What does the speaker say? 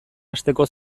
asteko